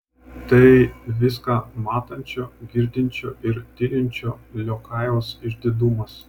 tai viską matančio girdinčio ir tylinčio liokajaus išdidumas